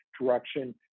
direction